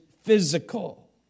physical